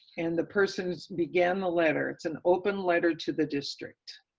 and the persons began the letter, it's an open letter to the district.